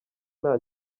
nta